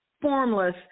formless